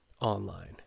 online